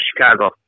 Chicago